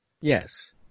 Yes